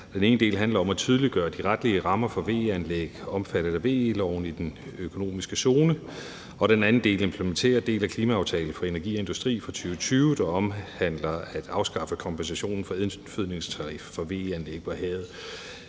Den ene del handler om at tydeliggøre de retlige rammer for VE-anlæg omfattet af VE-loven i den økonomiske zone, og den anden del implementerer en del af klimaaftalen for energi og industri fra 2020, der omhandler at afskaffe kompensationen for indfødningstarif for VE-anlæg på havet.